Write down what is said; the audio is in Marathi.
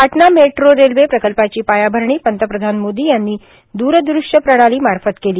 पाटणा मेट्रो रेल्वे प्रकल्पाची पायाअरणी पंतप्रधान मोदी यांनी द्रदृष्यप्रणाली मार्फत केली